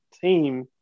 team